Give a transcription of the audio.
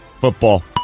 Football